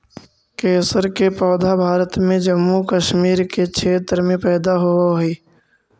केसर के पौधा भारत में जम्मू कश्मीर के क्षेत्र में पैदा होवऽ हई